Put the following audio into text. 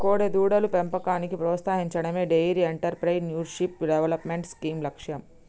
కోడెదూడల పెంపకాన్ని ప్రోత్సహించడమే డెయిరీ ఎంటర్ప్రెన్యూర్షిప్ డెవలప్మెంట్ స్కీమ్ లక్ష్యం